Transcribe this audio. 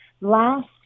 last